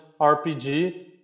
RPG